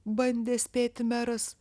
bandė spėti meras